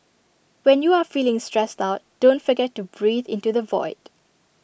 when you are feeling stressed out don't forget to breathe into the void